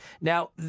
Now